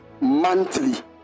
monthly